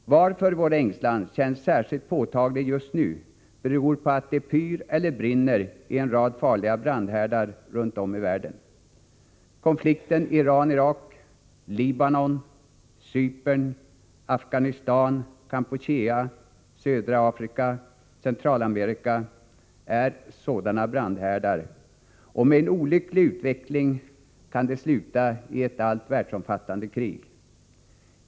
Att vår ängslan känns särskilt påtaglig just nu beror på att det pyr eller brinner i en rad farliga brandhärdar runt om i världen. Konflikten Iran-Irak, Libanon, Cypern, Afghanistan, Kampuchea, södra Afrika, Centralamerika — detta är sådana brandhärdar, och med en olycklig utveckling kan de sluta med ett världsomfattande krig.